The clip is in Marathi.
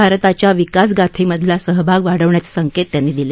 भारताच्या विकासगाथेतला सहभाग वाढवण्याचे संकेत त्यांनी दिले